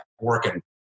working